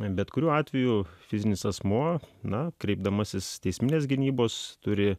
bet kuriuo atveju fizinis asmuo na kreipdamasis teisminės gynybos turi